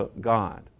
God